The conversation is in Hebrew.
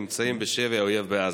נמצאים בשבי האויב בעזה.